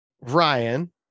Ryan